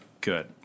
good